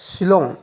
Shillong